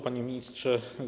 Panie Ministrze!